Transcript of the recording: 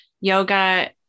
Yoga